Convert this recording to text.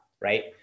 Right